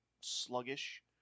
sluggish